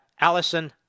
Allison